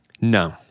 No